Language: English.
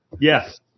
Yes